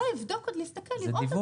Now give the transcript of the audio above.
לא, להסתכל, לראות את זה.